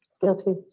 Guilty